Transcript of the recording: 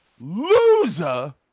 loser